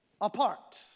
apart